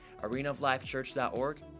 arenaoflifechurch.org